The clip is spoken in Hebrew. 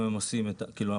לדו-גלגלי,